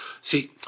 See